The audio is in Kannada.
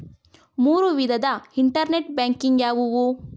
ಮೂರು ವಿಧದ ಇಂಟರ್ನೆಟ್ ಬ್ಯಾಂಕಿಂಗ್ ಯಾವುವು?